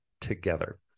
together